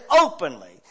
openly